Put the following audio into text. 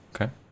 okay